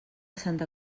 santa